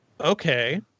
Okay